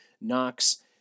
Knox